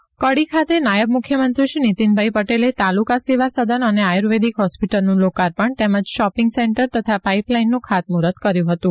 નીતિન પટેલ કડી કડી ખાતે નાયબ મુખ્યમંત્રી શ્રી નીતિનભાઈ પટેલે તાલુકા સેવા સદન અને આયુર્વેદિક હોેેસ્પટલનું લોકાર્પણ તેમજ શોપિંગ સેન્ટર તથા પાઇપલાઇનનું ખાતમુફર્ત કર્યું હતું